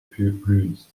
prudes